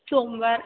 सोमवार